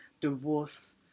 divorce